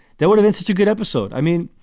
they were into to get episode. i mean,